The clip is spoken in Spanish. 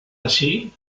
así